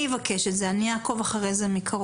אני אבקש את זה, אני אעקוב אחרי זה מקרוב.